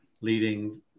leading